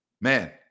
Man